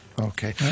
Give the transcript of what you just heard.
Okay